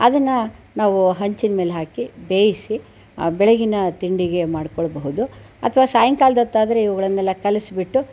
ಅದನ್ನು ನಾವು ಹಂಚಿನ ಮೇಲೆಹಾಕಿ ಬೇಯಿಸಿ ಬೆಳಗಿನ ತಿಂಡಿಗೆ ಮಾಡಿಕೊಳ್ಳಬಹುದು ಅಥವ ಸಾಯಂಕಾಲದೊತ್ತಾದರೆ ಇವುಗಳನ್ನೆಲ್ಲ ಕಲಸಿಬಿಟ್ಟು